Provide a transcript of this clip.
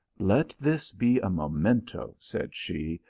let this be a memento, said she,